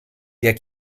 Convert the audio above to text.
der